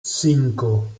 cinco